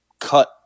cut